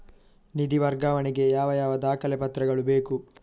ನಿಧಿ ವರ್ಗಾವಣೆ ಗೆ ಯಾವ ಯಾವ ದಾಖಲೆ ಪತ್ರಗಳು ಬೇಕು?